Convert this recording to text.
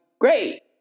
great